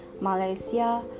Malaysia